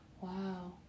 wow